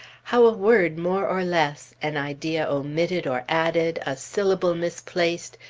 how a word more or less, an idea omitted or added, a syllable misplaced,